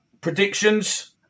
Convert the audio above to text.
Predictions